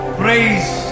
praise